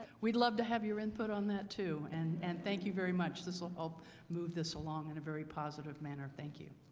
we'd love to have your input on that too. and and thank you very much this will help move this along in a very positive manner. thank you